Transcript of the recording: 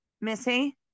Missy